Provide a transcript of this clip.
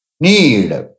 need